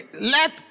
let